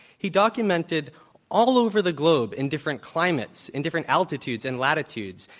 he documented all over the globe, in different climates, in different altitudes and latitudes,